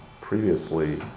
previously